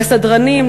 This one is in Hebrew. לסדרנים,